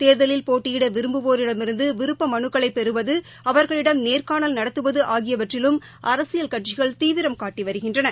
தேர்தலில் போட்டியிட விரும்புவோரிடமிருந்து விருப்ப மலுக்களை பெறுவது அவர்களிடம் நேர்காணல் நடத்துவது ஆகியவற்றிலும் அரசியல் கட்சிகள் தீவிரம் காட்டி வருகின்றன